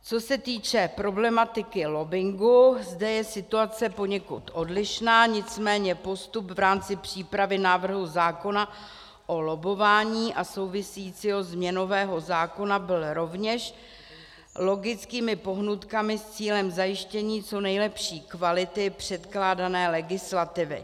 Co se týče problematiky lobbingu, zde je situace poněkud odlišná, nicméně postup v rámci přípravy návrhu zákona o lobbování a souvisejícího změnového zákona byl rovněž logickými pohnutkami s cílem zajištění co nejlepší kvality předkládané legislativy.